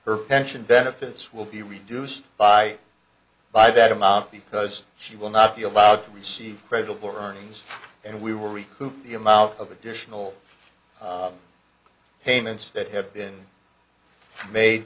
her pension benefits will be reduced by by that amount because she will not be allowed to receive credit for earnings and we will recruit the amount of additional payments that have been made